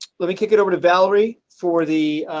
let me kick it over to valerie for the,